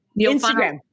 Instagram